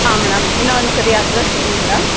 ಹಾಂ ಮೇಡಮ್ ಇನ್ನೊಂದು ಸರಿ ಅಡ್ರಸ್ ಹೇಳಿ ಮೇಡಮ್